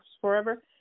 forever